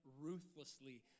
ruthlessly